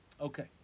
Okay